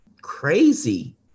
crazy